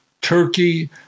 Turkey